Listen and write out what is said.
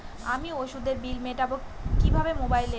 আমি ওষুধের বিল মেটাব কিভাবে মোবাইলে?